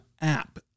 app